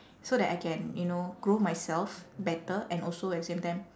so that I can you know grow myself better and also at the same time